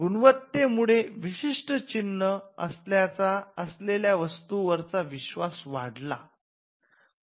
गुणवत्ते मुळे विशिष्ट चिन्ह असलेल्या वस्तु वरचा विश्वास वाढला